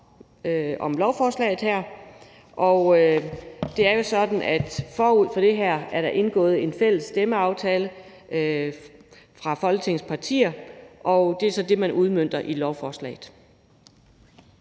om lovforslaget her. Det er jo sådan, at der forud for det her er indgået en fælles stemmeaftale mellem Folketingets partier, og det er så den, man udmønter i lovforslaget.